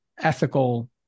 ethical